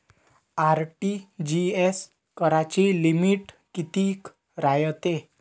RTGS कराची limit कितीक रायते?